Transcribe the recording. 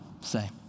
say